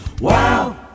wow